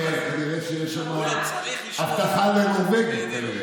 כנראה שיש שם הבטחה לנורבגי.